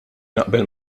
naqbel